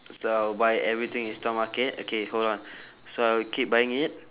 so buy everything in stock market okay hold on so I will keep buying it